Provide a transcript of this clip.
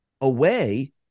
away